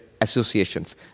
associations